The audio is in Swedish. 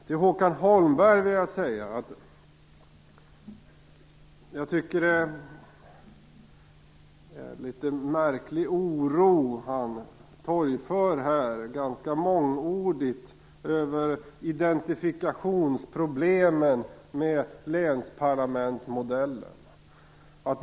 Till Håkan Holmberg vill jag säga att jag tycker att det är en litet märklig oro som han ganska mångordigt torgför över identifikationsproblemen med länsparlamentsmodellen.